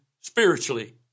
spiritually